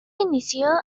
inició